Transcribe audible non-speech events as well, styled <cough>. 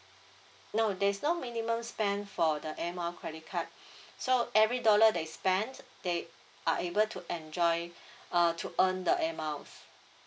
no there's no minimum spend for the Air Miles credit card <breath> so every dollar they spent they are able to enjoy <breath> uh to earn the Air Miles